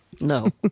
No